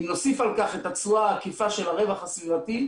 אם נוסיף על כך את התשואה העקיפה של הרווח הסביבתי,